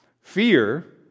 Fear